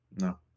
No